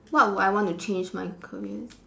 what would I want to change my career